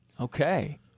okay